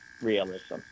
realism